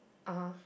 (uh huh)